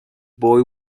boy